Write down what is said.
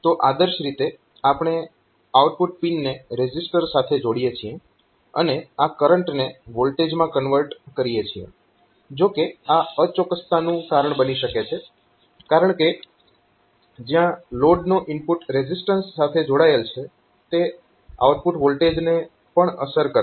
તો આદર્શ રીતે આપણે આઉટપુટ પિનને રેઝિસ્ટર સાથે જોડીએ છીએ અને આ કરંટને વોલ્ટેજમાં કન્વર્ટ કરીએ છીએ જો કે આ અચોક્કસતાનું કારણ બની શકે છે કારણકે જ્યાં લોડનો ઇનપુટ રેઝીઝટન્સ જોડાયેલ છે તે આઉટપુટ વોલ્ટેજને પણ અસર કરશે